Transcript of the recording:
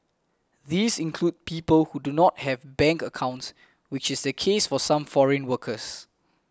these include people who do not have bank accounts which is the case for some foreign workers